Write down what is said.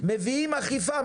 מביאים אכיפה,